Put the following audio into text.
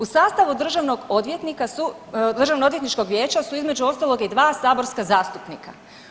U sastavu državnog odvjetnika su, Državnoodvjetničkog vijeća su između ostaloga i dva saborska zastupnika.